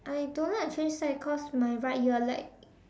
I don't like change side cause my right ear like